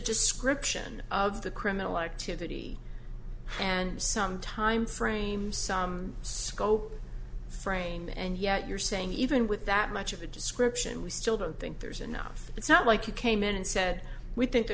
description of the criminal activity and some time frame some scope frame and yet you're saying even with that much of a description we still don't think there's enough it's not like you came in and said we think the